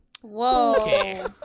Whoa